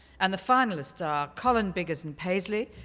and the finalists are colin, biggers and paisley,